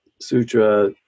Sutra